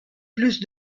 plus